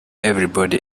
everybody